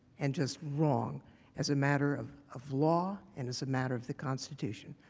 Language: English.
and just wrong as a matter of of law and as a matter of the constitution,